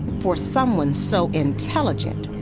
for someone so intelligent,